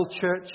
church